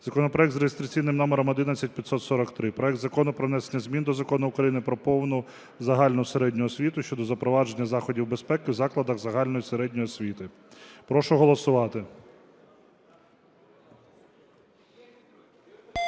законопроект за реєстраційним номером 11543: проект Закону про внесення змін до Закону України "Про повну загальну середню освіту" щодо запровадження заходів безпеки в закладах загальної середньої освіти. Прошу голосувати.